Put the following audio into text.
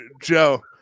Joe